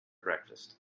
breakfast